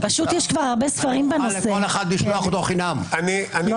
האמת היא שלא כתבנו במפורש את זכות השוויון,